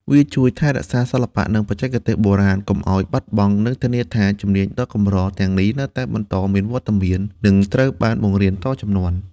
វាជួយថែរក្សាសិល្បៈ និងបច្ចេកទេសបុរាណកុំឲ្យបាត់បង់ និងធានាថា ជំនាញដ៏កម្រ ទាំងនេះនៅតែបន្តមានវត្តមាន និងត្រូវបានបង្រៀនតជំនាន់។